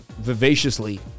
vivaciously